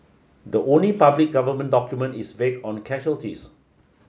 the only public government document is vague on casualties